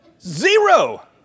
Zero